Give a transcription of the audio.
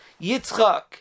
Yitzchak